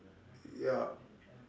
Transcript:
ya